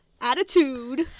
Attitude